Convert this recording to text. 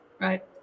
Right